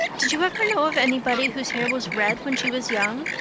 did you ever know of anybody whose hair was red when she was young,